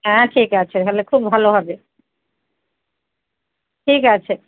হ্যাঁ ঠিক আছে তাহলে খুব ভালো হবে ঠিক আছে